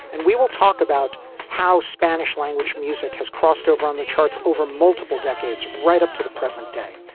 and we will talk about how spanish language music has crossed over on the charts over multiple decades. right up to the present day.